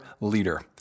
leader